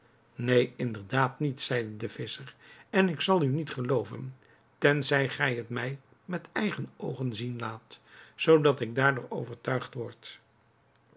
neen inderdaad niet zeide de visscher en ik zal u niet gelooven tenzij gij het mij met eigen oogen zien laat zoodat ik daardoor overtuigd wordt